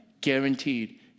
guaranteed